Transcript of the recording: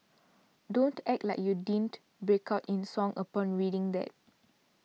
don't act like you didn't break out in song upon reading that